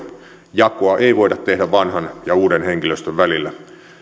jakoa ei voida tehdä vanhan ja uuden henkilöstön välillä